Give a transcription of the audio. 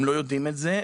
הם לא יודעים את זה,